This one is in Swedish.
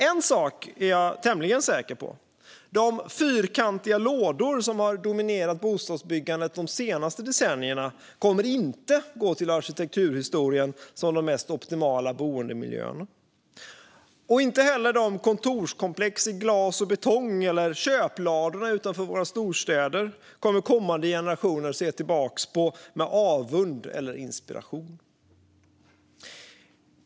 En sak är jag tämligen säker på: De fyrkantiga lådor som har dominerat bostadsbyggandet de senaste decennierna kommer inte att gå till arkitekturhistorien som de mest optimala boendemiljöerna. Inte heller kontorskomplexen i glas och betong eller köpladorna utanför våra storstäder kommer kommande generationer att se tillbaka på med avund eller inspiration.